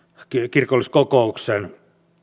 kirkolliskokouksen